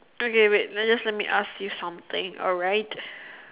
okay wait let let me just ask you something alright